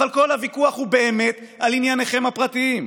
אבל כל הוויכוח הוא באמת על ענייניכם הפרטיים.